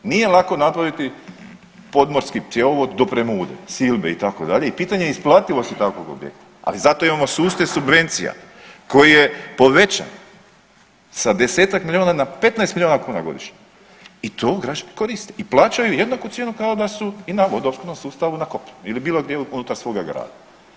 Nije lako napraviti podmorski cjevovod do Premude, Silbe itd., i pitanje je isplativosti takvog objekta, ali zato imamo sustav subvencija koji je povećan sa 10-ak miliona na 15 miliona kuna godišnje i to građani koriste i plaćaju jednaku cijenu kao i da su na vodoopskrbnom sustavu na kopnu ili bilo gdje unutar svoga grada.